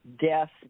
death